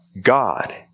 God